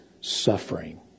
suffering